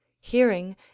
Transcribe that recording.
hearing